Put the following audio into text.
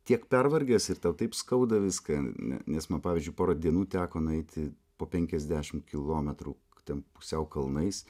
tiek pervargęs ir tau taip skauda viską nes man pavyzdžiui pora dienų teko nueiti po penkiadešimt kilometrų ten pusiau kalnais